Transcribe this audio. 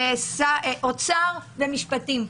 אוצר ומשפטים,